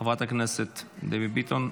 חברת הכנסת דבי ביטון,